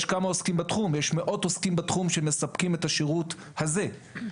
מאות עוסקים בתחום שמספקים את השירות הזה.